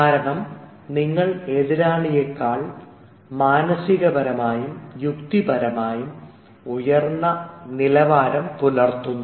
കാരണം നിങ്ങൾ എതിരാളിയെക്കാൾ മാനസികപരമായും യുക്തിപരമായും ഉയർന്ന നിലവാരം പുലർത്തുന്നു